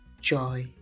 joy